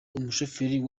umushoferi